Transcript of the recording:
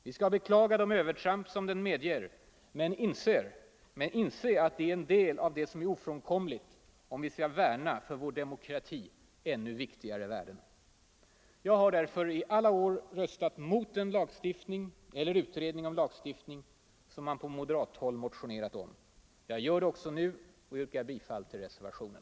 Vi skall beklaga de övertramp som den medger men inse att en del av det är ofrånkomligt om vi skall värna för vår demokrati ännu viktigare värden. Jag har därför i alla år röstat mot den lagstiftning, eller utredning om lagstiftning, som man på moderathåll motionerat om. Jag gör det också nu och yrkar bifall till reservationen.